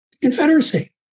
Confederacy